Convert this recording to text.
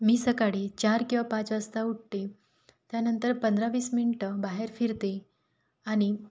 मी सकाळी चार किंवा पाच वाजता उठते त्यानंतर पंधरा वीस मिनटं बाहेर फिरते आणि